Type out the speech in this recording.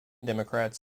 democrats